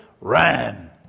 ran